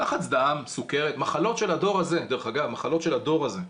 לחץ דם, סוכרת, מחלות של הדור הזה.